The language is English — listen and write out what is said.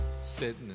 Sitting